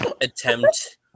attempt